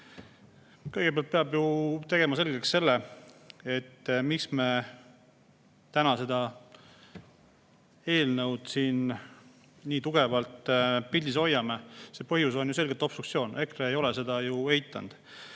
Kõigepealt peab ju tegema selgeks selle, miks me täna seda eelnõu siin nii tugevalt pildis hoiame – see põhjus on ju selgelt obstruktsioon, EKRE ei ole seda eitanud.